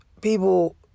people